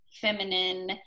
feminine